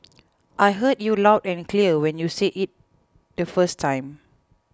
I heard you loud and clear when you said it the first time